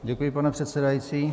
Děkuji, pane předsedající.